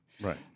Right